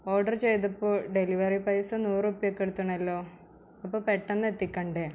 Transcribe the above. order ചെയ്തപ്പോൾ delivery പൈസ നൂറുപ്പ്യക്കെട്ത്തിണല്ലോ അപ്പോൾ പെട്ടെന്ന് എത്തിക്കണ്ടേ